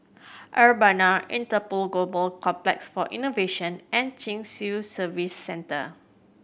Urbana Interpol Global Complex for Innovation and Chin Swee Service Centre